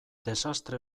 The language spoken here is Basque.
desastre